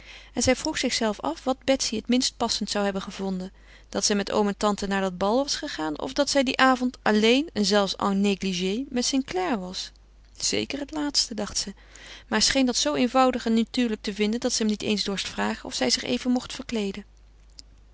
en zij vroeg zichzelve af wat betsy het minst passend zou hebben gevonden dat zij met oom en tante naar dat bal was gegaan of dat zij dien avond alleen en zelfs en négligé met st clare was zeker het laatste dacht ze maar hij scheen dat zoo eenvoudig en natuurlijk te vinden dat zij hem niet eens dorst vragen of zij zich even mocht verkleeden